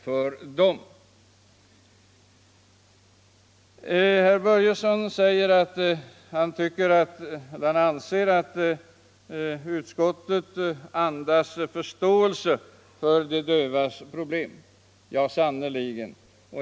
Herr Börjesson i Falköping säger att utskottets betänkande andas förståelse för de dövas problem. Ja, sannerligen!